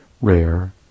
rare